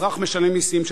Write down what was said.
אזרח משלם מסים,